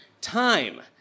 Time